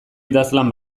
idazlan